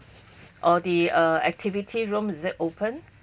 or the activity room is it opened